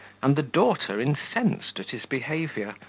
and the daughter incensed at his behaviour,